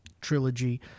trilogy